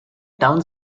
town